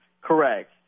Correct